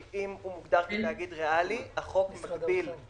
אם הוא מוגדר כתאגיד ריאלי, החוק מגביל